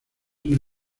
una